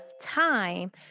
time